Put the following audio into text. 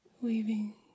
weaving